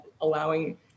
allowing